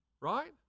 Right